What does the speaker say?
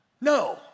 No